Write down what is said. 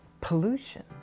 pollution